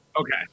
Okay